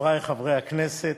חברי חברי הכנסת,